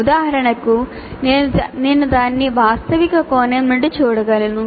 ఉదాహరణకు నేను దానిని వాస్తవిక కోణం నుండి చూడగలను